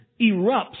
erupts